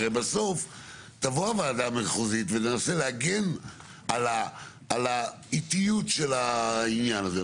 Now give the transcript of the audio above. בסוף תבוא הוועדה המחוזית ותנסה להגן על האיטיות של העניין הזה,